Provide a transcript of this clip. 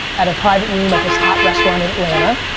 at a private room at this hot restaurant in atlanta,